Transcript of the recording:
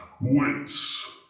wits